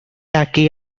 aquí